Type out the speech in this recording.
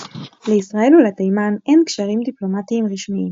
לישראל ולתימן אין קשרים דיפלומטיים רשמיים.